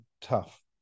tough